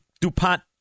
DuPont